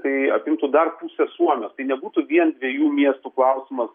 tai apimtų dar pusę suomijos tai nebūtų vien dviejų miestų klausimas